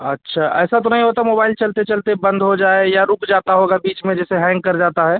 अच्छा ऐसा तो नहीं होता मोबाइल चलते चलते बंद हो जाए या रुक जाता होगा बीच में जैसे हैंग कर जाता है